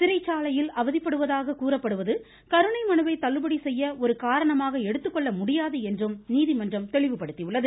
சிறைச்சாலையில் அவதிப்படுவதாக கூறப்படுவது கருணை மனுவை தள்ளுபடி செய்ய ஒரு காரணமாக எடுத்துக் கொள்ள முடியாது என்றும் நீதிமன்றம் தெரிவித்தது